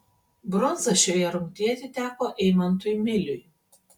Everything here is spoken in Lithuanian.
bronza šioje rungtyje atiteko eimantui miliui